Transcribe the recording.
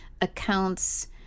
accounts